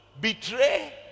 betray